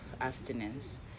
abstinence